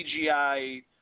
CGI